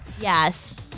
Yes